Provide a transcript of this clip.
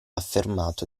affermato